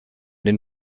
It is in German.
den